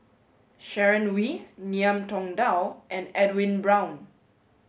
Sharon Wee Ngiam Tong Dow and Edwin Brown